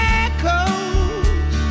echoes